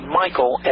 michael